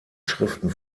schriften